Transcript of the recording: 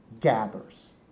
gathers